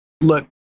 look